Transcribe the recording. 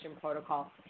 protocol